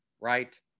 right